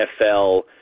NFL